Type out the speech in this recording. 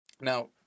Now